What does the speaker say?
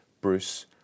Bruce